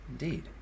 Indeed